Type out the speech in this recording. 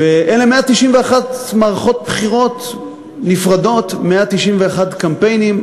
ואלה 191 מערכות בחירות נפרדות, 191 קמפיינים.